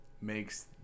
Makes